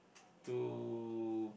to